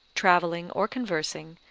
travelling, or conversing,